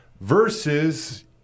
versus